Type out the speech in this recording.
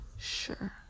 sure